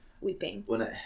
weeping